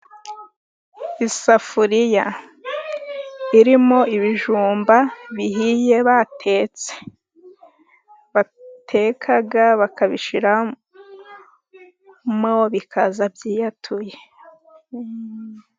Isafuriya irimo ibijumba bihiye batetse .Bateka bakabishiramo bikaza byiyatuye.